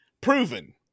proven